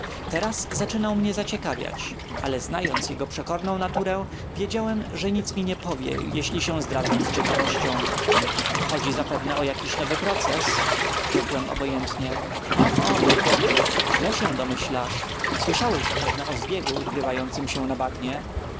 teraz zaczynał mnie zaciekawiać ale znając jego przekorną naturę wiedziałem że nic mi nie powie jeśli się zdradzę z ciekawością chodzi zapewne o jaki nowy proces rzekłem obojętnie ho ho mój chłopcze źle się domyślasz słyszałeś zapewne o zbiegu ukrywającym się na bagnie